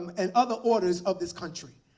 and other orders of this country.